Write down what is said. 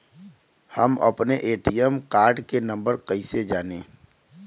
हम अपने ATM card के नंबर कइसे जानी?